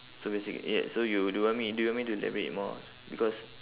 so basic~ yeah so you do you want me do you want me to elaborate more because